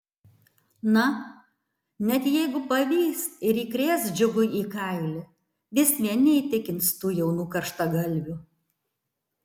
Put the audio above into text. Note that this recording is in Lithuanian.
na net jeigu pavys ir įkrės džiugui į kailį vis vien neįtikins tų jaunų karštagalvių